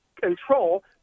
control